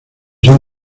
son